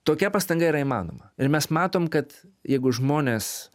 tokia pastanga yra įmanoma ir mes matom kad jeigu žmonės